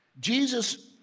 Jesus